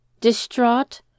Distraught